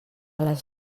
les